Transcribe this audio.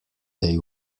they